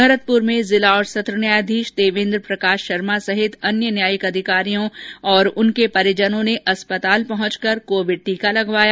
भरतपुर में जिला और सत्र न्यायाधीश देवेन्द्र प्रकाश शर्मा सहित अन्य न्यायिक अधिकारियों और उनके परिजनों ने अस्पताल पहुंचकर कोविड टीका लगवाया